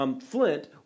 Flint